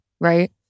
right